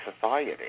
society